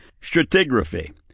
Stratigraphy